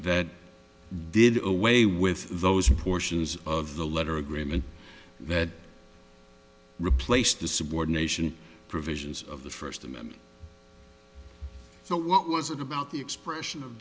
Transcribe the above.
that did away with those portions of the letter agreement that replaced the subordination provisions of the first amendment so what was it about the expression of